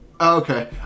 Okay